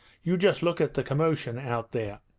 you just look at the commotion out there